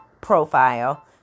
profile